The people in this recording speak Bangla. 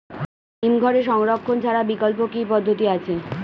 হিমঘরে সংরক্ষণ ছাড়া বিকল্প কি পদ্ধতি আছে?